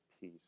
peace